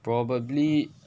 probably